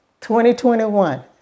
2021